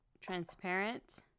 transparent